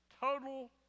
total